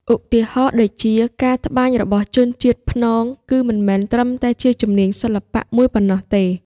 ឧទាហរណ៍ដូចជា ការត្បាញរបស់ជនជាតិព្នង គឺមិនមែនត្រឹមតែជាជំនាញសិល្បៈមួយប៉ុណ្ណោះទេ។